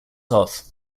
off